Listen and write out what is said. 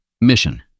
mission